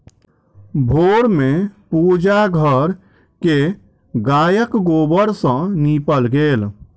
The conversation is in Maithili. भोर में पूजा घर के गायक गोबर सॅ नीपल गेल